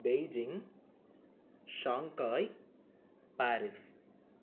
Beijing Shanghai Paris